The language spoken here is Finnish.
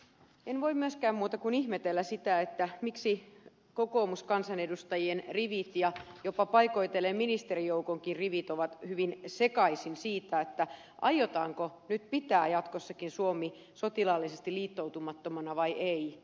en voi myöskään muuta kuin ihmetellä sitä miksi kokoomuskansanedustajien rivit ja paikoitellen jopa ministerijoukonkin rivit ovat hyvin sekaisin siitä aiotaanko pitää jatkossakin suomi sotilaallisesti liittoutumattomana vai ei